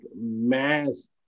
mass